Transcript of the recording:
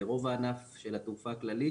זה רוב הענף של התעופה הכללית,